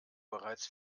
bereits